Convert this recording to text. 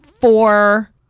four